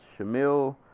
Shamil